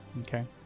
Okay